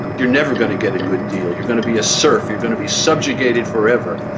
you're never gonna get a good deal. you're gonna be a serf you're gonna be subjugated forever.